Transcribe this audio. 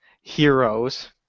Heroes